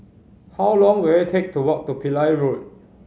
how long will it take to walk to Pillai Road